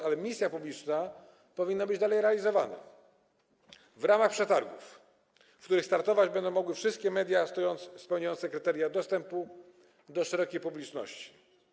Ale misja publiczna powinna być dalej realizowana w drodze przetargów, w których startować będą mogły wszystkie media spełniające kryteria dostępu do szerokiej publiczności.